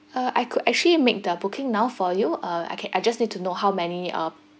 uh I could actually make the booking now for you uh I can I just need to know how many uh